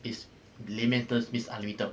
in layman's terms means unlimited